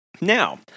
Now